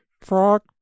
frog